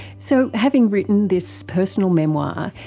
so having written this personal memoir,